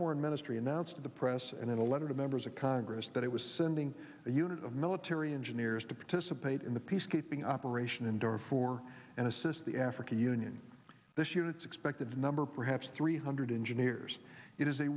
foreign ministry announced to the press and in a letter to members of congress that it was sending a unit of military engineers to participate in the peacekeeping operation enduring for and assist the african union this units expected number perhaps three hundred engineers it is